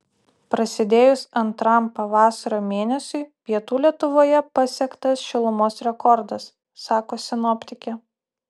prasidėjus antram pavasario mėnesiui pietų lietuvoje pasiektas šilumos rekordas sako sinoptikė